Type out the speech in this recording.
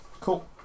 Cool